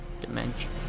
Dimension